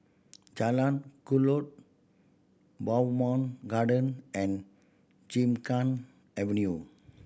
Jalan Kelulut Bowmont Garden and Gymkhana Avenue